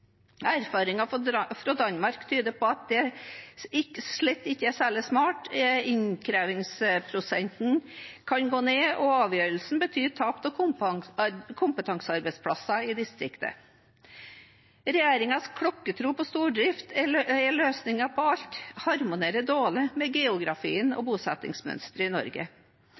Erfaringer fra Danmark tyder på at det slett ikke er særlig smart. Innkrevingsprosenten kan gå ned, og avgjørelsen betyr tap av kompetansearbeidsplasser i distriktene. Regjeringens klokkertro på at stordrift er løsningen på alt, harmonerer dårlig med geografien og bosettingsmønsteret i Norge.